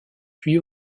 puis